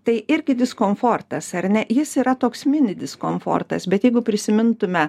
tai irgi diskomfortas ar ne jis yra toks mini diskomfortas bet jeigu prisimintume